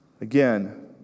Again